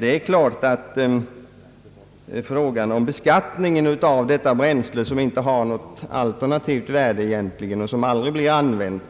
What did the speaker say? Att angripa frågan om beskattningen av detta bränsle, som egentligen inte har något alternativt värde och som aldrig blir använt,